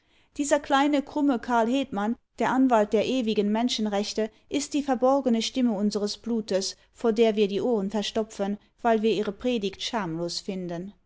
dieser kleine krumme karl hetmann der anwalt der ewigen menschenrechte ist die verborgene stimme unseres blutes vor der wir die ohren verstopfen weil wir ihre predigt schamlos finden